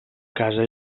casa